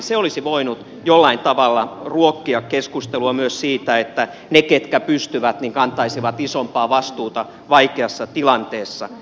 se olisi voinut jollain tavalla ruokkia keskustelua myös siitä että ne ketkä pystyvät kantaisivat isompaa vastuuta vaikeassa tilanteessa